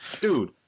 dude